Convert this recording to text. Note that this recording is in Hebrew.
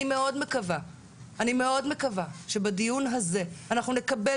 אני מאוד מקווה שבדיון הזה אנחנו נקבל